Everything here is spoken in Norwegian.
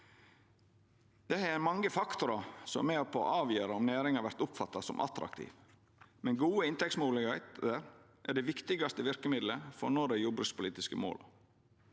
Det er mange faktorar som er med på å avgjera om næringa vert oppfatta som attraktiv, men gode inntektsmoglegheiter er det viktigaste verkemiddelet for å nå dei jordbrukspolitiske måla.